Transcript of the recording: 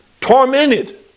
tormented